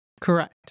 Correct